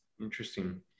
Interesting